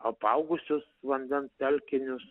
apaugusius vandens telkinius